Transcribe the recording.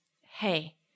hey